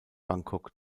bangkok